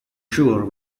sure